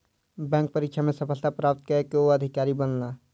bank परीक्षा में सफलता प्राप्त कय के ओ अधिकारी बनला